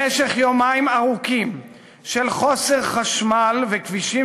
במשך יומיים ארוכים של חוסר חשמל וכבישים